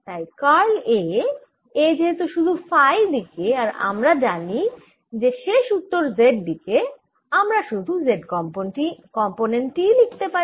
তাই curl A A যেহেতু শুধু ফাই দিকে আর আমরা জানি যে শেষ উত্তর z দিকে আমরা শুধু z কম্পোনেন্ট টিই লিখতে পারি